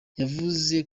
yavuze